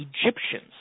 Egyptians